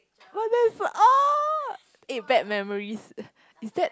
oh that's so oh eh bad memories is that